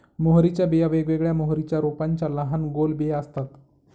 मोहरीच्या बिया वेगवेगळ्या मोहरीच्या रोपांच्या लहान गोल बिया असतात